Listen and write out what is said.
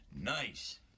Nice